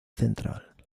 central